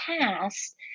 past